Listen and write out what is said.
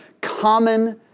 common